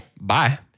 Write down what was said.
Bye